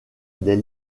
des